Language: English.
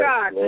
God